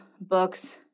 Books